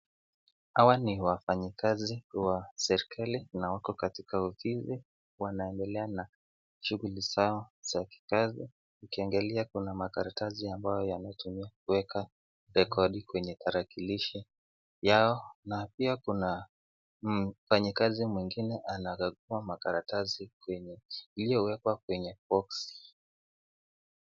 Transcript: Hawa ni wafanyakazi wa serikali na wako katika ofisi, wanaendelea na shughuli zao za kikazi. Ukiangalia kuna makaratasi ambayo yametumiwa kuweka rekodi kwenye tarakilishi yao na pia kuna mfanyakazi mwingine anakagua makaratishi iliyowekwa kwenye bokisi.